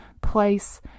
place